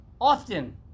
often